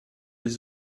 les